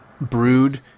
brewed